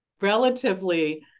relatively